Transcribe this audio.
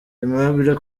aimable